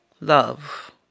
love